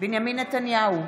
בנימין נתניהו,